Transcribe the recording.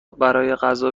غذا